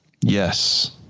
Yes